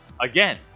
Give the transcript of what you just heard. again